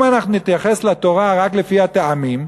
אם אנחנו נתייחס לתורה רק לפי הטעמים,